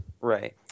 right